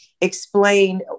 explain